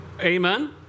Amen